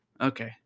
okay